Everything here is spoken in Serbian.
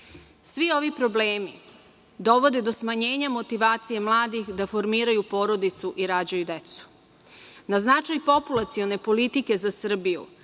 ovi problemi dovode do smanjenja motivacije mladih da formiraju porodicu i rađaju decu. Na značaj populacione politike za Srbiju,